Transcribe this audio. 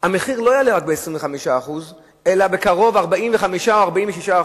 המחיר לא יעלה רק ב-25% אלא בקרוב ל-45% או 46%,